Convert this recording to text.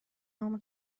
اما